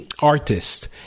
artist